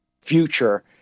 future